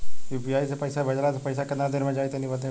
UPI से पईसा भेजलाऽ से पईसा केतना देर मे जाई तनि बताई?